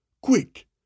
Quick